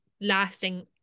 lasting